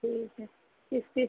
ठीक है किस किस